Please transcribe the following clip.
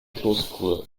kloßbrühe